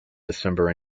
december